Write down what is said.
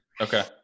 Okay